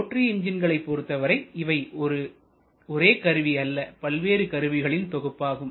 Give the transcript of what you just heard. rotary என்ஜின்களை பொருத்தவரை இவை ஒரே கருவி அல்ல பல்வேறு கருவிகளில் தொகுப்பாகும்